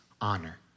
honor